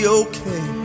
okay